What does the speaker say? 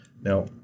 Now